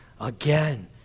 again